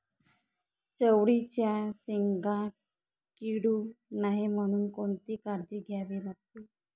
चवळीच्या शेंगा किडू नये म्हणून कोणती काळजी घ्यावी लागते?